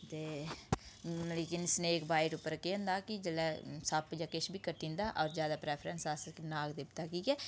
ते लेकिन snake bite उप्पर केह् होंदा कि जेल्लै सप्प जां किश बी कट्टी जंदा होर ज्यादा परैफ्रैंस अस नाग देवता गी गै